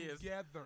together